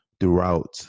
throughout